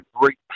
great